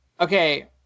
okay